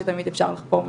שתמיד אפשר לחפור מנהרות.